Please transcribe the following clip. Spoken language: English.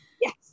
Yes